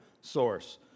source